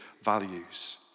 values